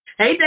Hey